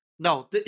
No